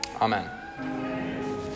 Amen